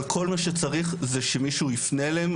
אבל כל מה שצריך זה שמישהו יפנה אליהם